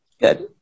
Good